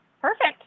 Perfect